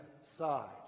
side